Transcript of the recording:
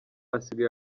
asigaye